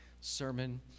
sermon